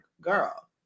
girl